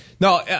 No